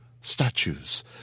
Statues